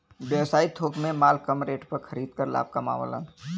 व्यवसायी थोक में माल कम रेट पर खरीद कर लाभ कमावलन